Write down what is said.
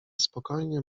spokojnie